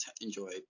enjoy